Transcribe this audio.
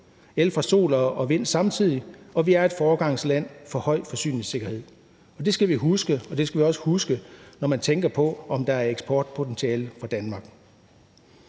el fra sol og vind samtidig, og vi er et foregangsland, når det gælder høj forsyningssikkerhed. Det skal vi huske, og vi skal også huske på det, når man tænker på, om der er et eksportpotentiale for Danmark.